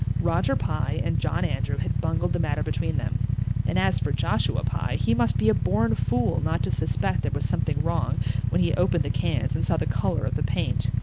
roger pye and john andrew had bungled the matter between them and as for joshua pye, he must be a born fool not to suspect there was something wrong when he opened the cans and saw the color of the paint.